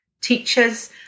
teachers